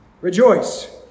Rejoice